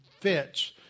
fits